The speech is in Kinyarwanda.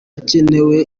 hakenewe